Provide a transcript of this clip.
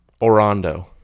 orondo